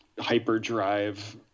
hyperdrive